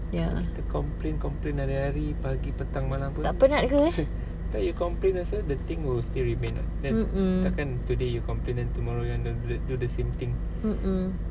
kita complain complain hari-hari pagi petang malam pun you complain also the thing will still remain then takkan today you complain then tomorrow you do the same thing